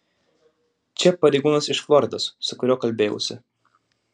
čia pareigūnas iš floridos su kuriuo kalbėjausi